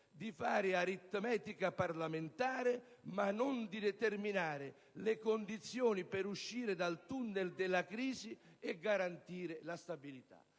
di fare aritmetica parlamentare, ma non di determinare le condizioni per uscire dal tunnel della crisi e garantire la stabilità.